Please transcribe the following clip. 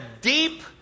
deep